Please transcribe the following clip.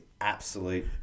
absolute